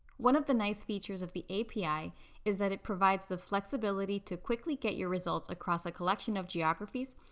one of the nice features of the api is that it provides the flexibility to quickly get your results across a collection of geographies,